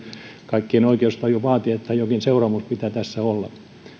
kaikkien oikeustaju vaatii että jokin seuraamus pitää tässä olla